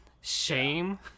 shame